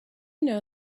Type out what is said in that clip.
know